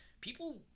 people